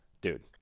dude